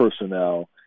personnel